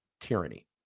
Tyranny